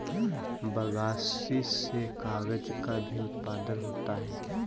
बगासी से कागज़ का भी उत्पादन होता है